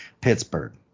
Pittsburgh